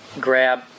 grab